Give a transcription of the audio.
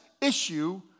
issue